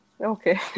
Okay